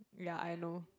ya I know